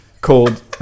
called